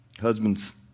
husbands